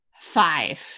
Five